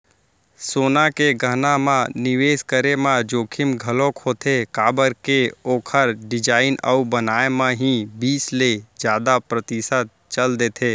सोना के गहना म निवेस करे म जोखिम घलोक होथे काबर के ओखर डिजाइन अउ बनाए म ही बीस ले जादा परतिसत चल देथे